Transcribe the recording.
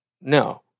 no